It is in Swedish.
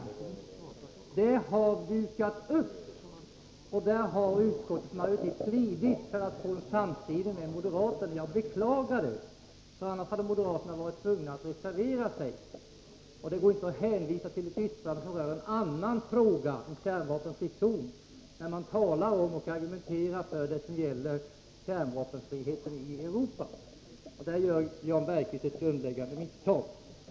Utskottets majoritet har nu glidit och skrivningarna har mjukats upp för att man skulle kunna få en samskrivning med moderaterna, Jag beklagar det, för i annat fall hade moderaterna varit tvungna att reservera sig. Det går inte här att hänvisa till ett yttrande över en annan fråga, nämligen frågan om en kärnvapenfri zon, när man argumenterar om kärnvapenfrihet i Europa. Där gör Jan Bergqvist ett grundläggande misstag.